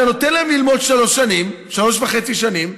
אתה נותן להם ללמוד שלוש וחצי שנים,